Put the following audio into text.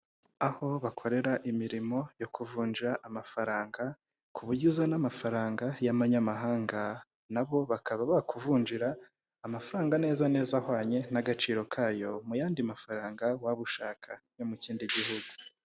Aho bakorera imirimo yo kuvunja amafaranga, ku buryo uzana amafaranga y'amanyamahanga, na bo bakaba bakuvunjira amafaranga neza neza ahwanye n'agaciro kayo mu yandi mafaranga waba ushaka yo mu kindi gihugu.